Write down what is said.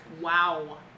Wow